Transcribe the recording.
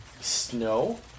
snow